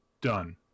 done